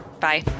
Bye